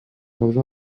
causa